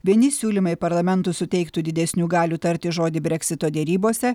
vieni siūlymai parlamentui suteiktų didesnių galių tarti žodį breksito derybose